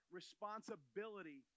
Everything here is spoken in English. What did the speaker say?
responsibility